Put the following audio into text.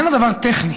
איננה דבר טכני,